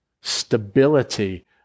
stability